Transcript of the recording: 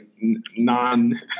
non